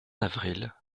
avril